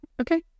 okay